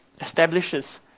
establishes